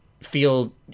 feel